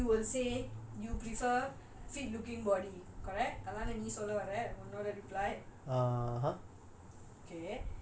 ya so you are saying you will say you prefer fit looking body correct அதான நீ சொல்ல வர உன்னோட:athana nee solla vara unnoda reply